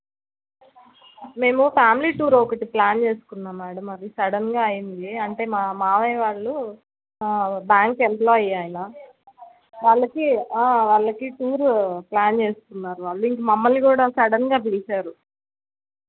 మేము family tour ఓకటి plan చేసుకున్నాం మ్యాడమ్ అది సడన్గా అయ్యింది అంటే మా మావయ్య వాళ్ళు బ్యాంక్ ఎంప్లాయి ఆయన వాళ్ళకి వాళ్ళకి టూరు ప్లాన్ చేసుకున్నారు వాళ్ళు మమ్మల్ని కూడా సడన్గా పిలిచారు